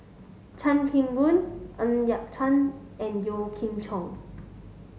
Chan Kim Boon Ng Yat Chuan and Yeo Kim Chong